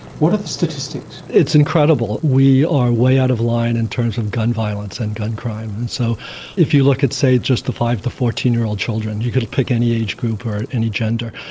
what are the statistics? it's incredible. we are way out of line in terms of gun violence and gun crime. and so if you look at, say, just the five to fourteen year old children, you could pick any age group or any gender,